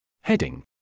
Heading